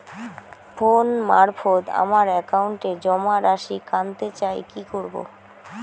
Phone মারফত আমার একাউন্টে জমা রাশি কান্তে চাই কি করবো?